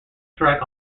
track